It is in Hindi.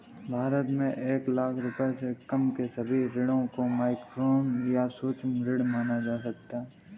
भारत में एक लाख रुपए से कम के सभी ऋणों को माइक्रोलोन या सूक्ष्म ऋण माना जा सकता है